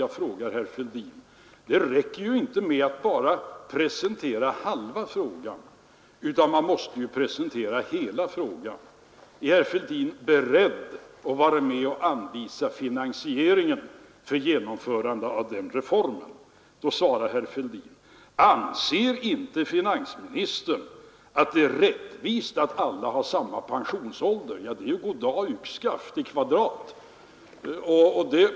Och eftersom det inte räcker att presentera bara halva frågan är det naturligt att jag frågade herr Fälldin om han är beredd att anvisa finansieringen för att genomföra reformen. Då svarade herr Fälldin: Anser inte finansministern att det är rättvist att alla har samma pensionsålder? Det är ju god dag — yxskaft i kvadrat!